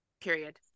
Period